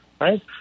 right